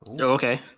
Okay